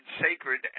sacred